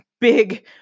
big